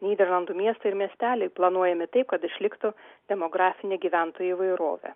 nyderlandų miestai ir miesteliai planuojami taip kad išliktų demografinė gyventojų įvairovė